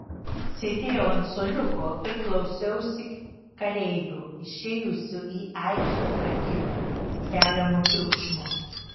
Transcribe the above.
sėdėjau ant suoliuko ir klausiausi kareivių išėjusių į aikštę pratybų keliamo triukšmo